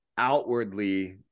outwardly